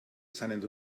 seinen